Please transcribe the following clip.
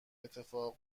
اتفاق